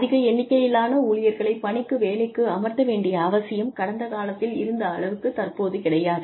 அதிக எண்ணிக்கையிலான ஊழியர்களை பணிக்கு வேலைக்கு அமர்த்த வேண்டிய அவசியம் கடந்த காலத்தில் இருந்த அளவுக்கு தற்போது கிடையாது